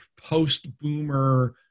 post-boomer